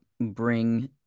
bring